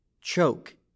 Choke